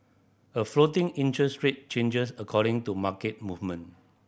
a floating interest rate changes according to market movement